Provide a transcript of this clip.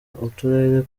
uturere